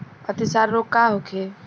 अतिसार रोग का होखे?